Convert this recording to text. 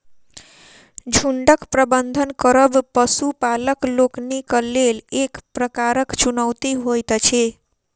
झुंडक प्रबंधन करब पशुपालक लोकनिक लेल एक प्रकारक चुनौती होइत अछि